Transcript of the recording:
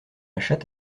chatte